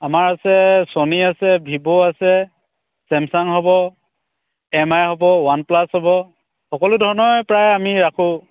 আমাৰ আছে ছ'নী আছে ভিভো আছে ছেমছাং হ'ব এম আই হ'ব ওৱান প্লাছ হ'ব সকলো ধৰণৰে প্ৰায় আমি ৰাখোঁ